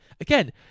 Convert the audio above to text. again